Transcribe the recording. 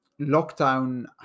lockdown